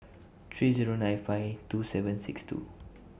three Zero nine five two seven six two